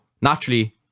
naturally